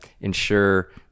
ensure